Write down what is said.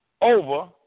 over